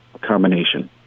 combination